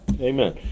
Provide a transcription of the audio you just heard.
amen